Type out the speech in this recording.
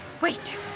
Wait